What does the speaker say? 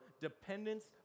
dependence